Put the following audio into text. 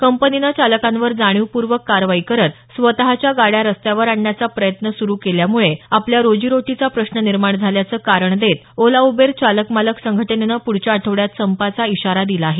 कंपनीनं चालकांवर जाणीवपूर्वक कारवाई करत स्वतःच्या गाड्या रस्त्यावर आणण्याचा प्रयत्न सुरू केल्यामुळे आपल्या रोजीरोटीचा प्रश्न निर्माण झाल्याचं कारण देत ओला उबेर चालक मालक संघटनेनं प्ढच्या आठवड्यात संपाचा इशारा दिला आहे